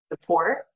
support